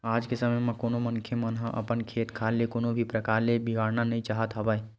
आज के समे म कोनो मनखे मन ह अपन खेत खार ल कोनो भी परकार ले बिगाड़ना नइ चाहत हवय